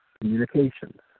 communications